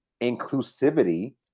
inclusivity